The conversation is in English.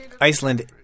Iceland